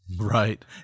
Right